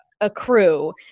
accrue